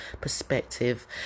perspective